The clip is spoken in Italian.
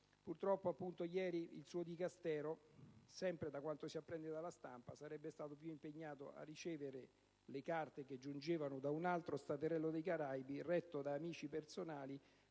Purtroppo ieri il suo Dicastero - sempre da quanto si apprende dalla stampa - sarebbe stato più impegnato a ricevere le carte che giungevano da un altro piccolo Stato, dei Caraibi, retto da amici personali,